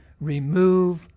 Remove